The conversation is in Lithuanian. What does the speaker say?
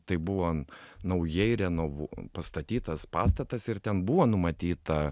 tai buvo naujai renovuo pastatytas pastatas ir ten buvo numatyta